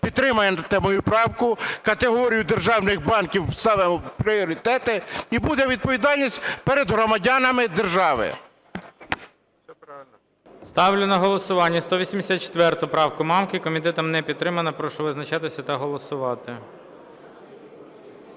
Підтримайте мою правку. Категорію державних банків ставимо в пріоритети, і буде відповідальність перед громадянами держави. ГОЛОВУЮЧИЙ. Ставлю на голосування 184 правку Мамки. Комітетом не підтримана. Прошу визначатися та голосувати.